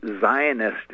Zionist